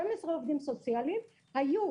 12 עובדים סוציאליים היו